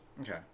Okay